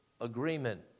agreement